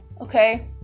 okay